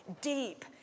deep